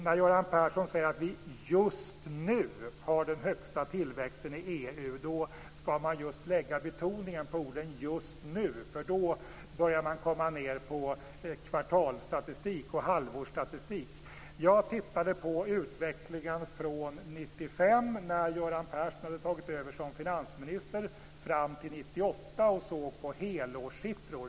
När Göran Persson säger att vi just nu har den högsta tillväxten i EU, skall betoningen läggas på just nu. Nu börjar man komma ned på kvartals och halvårsstatistik. Jag har tittat på utvecklingen sedan 1995 när Göran Persson tog över som finansminister fram till 1998, och jag har tittat på helårssiffror.